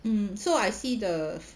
mm so I see the